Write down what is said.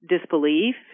disbelief